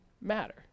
matter